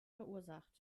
verursacht